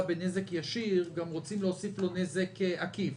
בנזק ישיר רוצים גם להוסיף לו נזק עקיף.